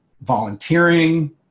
volunteering